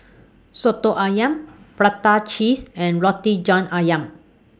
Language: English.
Soto Ayam Prata Cheese and Roti John Ayam